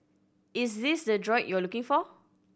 is this the droid you're looking for